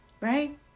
right